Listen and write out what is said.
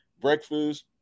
breakfast